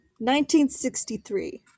1963